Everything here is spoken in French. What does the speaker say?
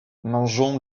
mangeons